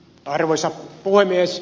arvoisa puhemies